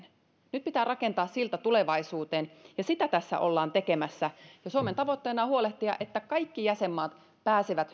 nyt pitää rakentaa silta tulevaisuuteen ja sitä tässä ollaan tekemässä ja suomen tavoitteena on huolehtia että kaikki jäsenmaat pääsevät